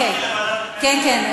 כן, כן.